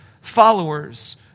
followers